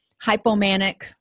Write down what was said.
hypomanic